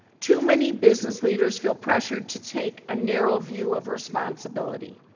too many business leaders feel pressured to take a narrow view of responsibility,